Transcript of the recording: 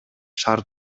шаар